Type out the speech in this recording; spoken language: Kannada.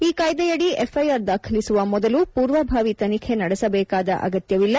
ಈ ಕಾಯ್ದೆಯಡಿ ಎಫ್ಐಆರ್ ದಾಖಲಿಸುವ ಮೊದಲು ಪೂರ್ವಭಾವಿ ತನಿಖೆ ನಡೆಸಬೇಕಾದ ಅಗತ್ತವಿಲ್ಲ